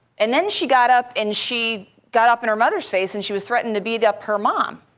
and then she got up and she got up in her mother's face and she was threatening to beat up her mom.